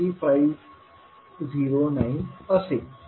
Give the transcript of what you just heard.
3509 असेल